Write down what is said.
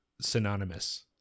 synonymous